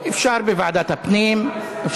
אפשר בוועדת הפנים.